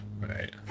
right